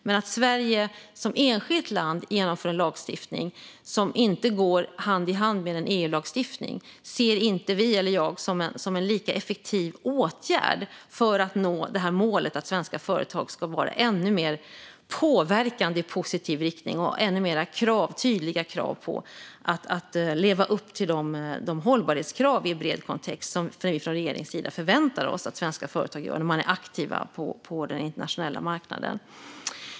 Men att Sverige som enskilt land inför en lagstiftning som inte går hand i hand med en EU-lagstiftning ser inte vi, eller jag, som en lika effektiv åtgärd för att nå målet att svenska företag ska vara ännu mer påverkande i positiv riktning och ha ännu tydligare krav på att leva upp till de hållbarhetskrav i bred kontext som vi från regeringens sida förväntar oss att svenska företag lever upp till när de är aktiva på den internationella marknaden.